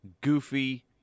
goofy